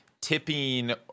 tipping